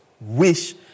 wish